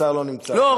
השר לא נמצא, לא.